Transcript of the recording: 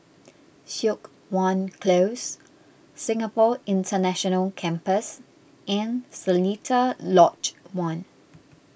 Siok Wan Close Singapore International Campus and Seletar Lodge one